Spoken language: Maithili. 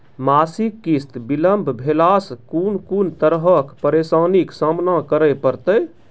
मासिक किस्त बिलम्ब भेलासॅ कून कून तरहक परेशानीक सामना करे परतै?